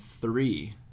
three